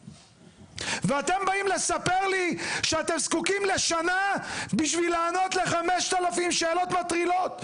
ואתם באים לספר לי שאתם זקוקים לשנה בשביל לענות ל-5,000 שאלות מטרילות,